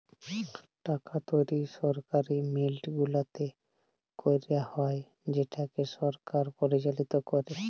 টাকা তৈরি সরকারি মিল্ট গুলাতে ক্যারা হ্যয় যেটকে সরকার পরিচালিত ক্যরে